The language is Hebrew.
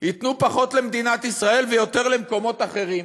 ייתנו פחות למדינת ישראל ויותר למקומות אחרים.